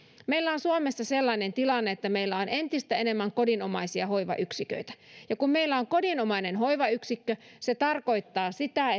meillä on suomessa sellainen tilanne että meillä on entistä enemmän kodinomaisia hoivayksiköitä ja kun meillä on kodinomainen hoivayksikkö se tarkoittaa sitä